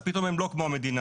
אז פתאום הם לא כמו המדינה,